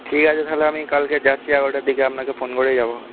ঠিক আছে তাহলে আমি কালকে যাচ্ছি এগারোটার দিকে আপনাকে ফোন করেই যাব